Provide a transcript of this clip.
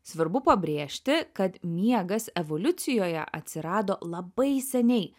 svarbu pabrėžti kad miegas evoliucijoje atsirado labai seniai